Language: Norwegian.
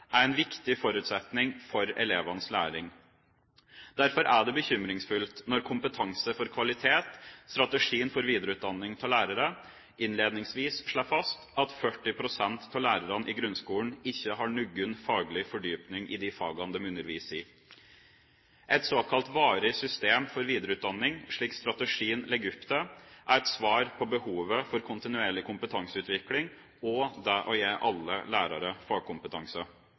er en viktig forutsetning for elevenes læring. Derfor er det bekymringsfullt når Kompetanse for kvalitet – Strategi for videreutdanning av lærere 2009–2012 innledningsvis slår fast at 40 pst. av lærerne i grunnskolen ikke har noen faglig fordypning i fagene de underviser i. Et såkalt varig system for videreutdanning, slik strategien legger opp til, er et svar på behovet for kontinuerlig kompetanseutvikling og det å gi alle lærere fagkompetanse.